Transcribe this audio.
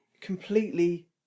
completely